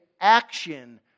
action